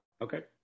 Okay